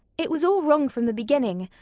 it was all wrong from the beginning.